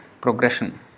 progression